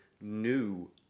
new